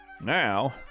Now